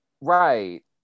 right